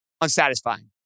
unsatisfying